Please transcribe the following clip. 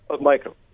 Michael